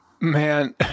Man